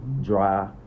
dry